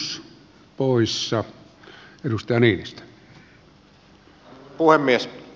arvoisa puhemies